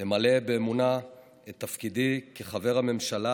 למלא באמונה את תפקידי כחבר הממשלה